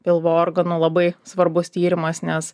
pilvo organų labai svarbus tyrimas nes